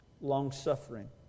longsuffering